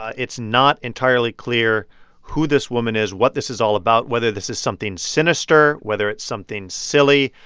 ah it's not entirely clear who this woman is, what this is all about whether this is something sinister, whether it's something silly.